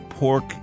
Pork